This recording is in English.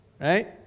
right